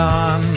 on